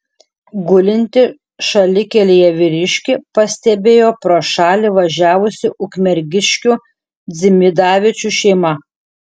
gulintį šalikelėje vyriškį pastebėjo pro šalį važiavusi ukmergiškių dzimidavičių šeima